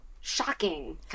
shocking